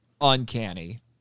uncanny